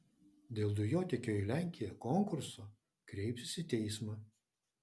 dėl dujotiekio į lenkiją konkurso kreipsis į teismą